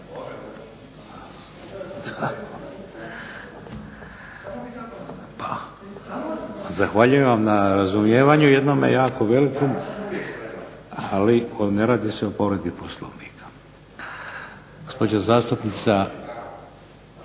Zahvaljujem vam na razumijevanju jednom velikom ali ne radi se o povredi POslovnika.